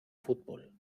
fútbol